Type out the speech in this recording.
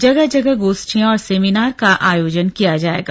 जगह जगह गोष्ठियां और सेमिनार का आयोजन किया जायेगा